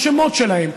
השמות שלהן,